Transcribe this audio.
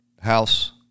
House